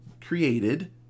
created